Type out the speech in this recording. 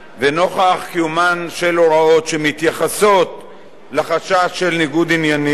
ונוכח קיומן של הוראות שמתייחסות לחשש של ניגוד עניינים,